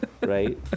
right